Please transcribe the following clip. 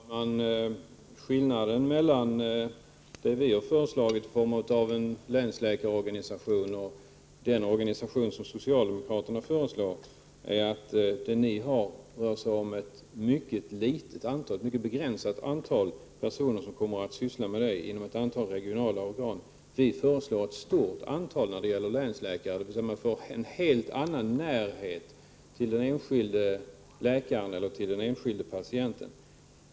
Herr talman! Skillnaden mellan vårt förslag om en länsläkarorganisation och den organisation som socialdemokraterna föreslår är att ert förslag rör sig om ett mycket begränsat antal personer som kommer att syssla med detta inom ett antal regionala organ. Vi föreslår ett stort antal länsläkare, och då får man en helt annan närhet till den enskilde läkaren eller till den enskilde patienten.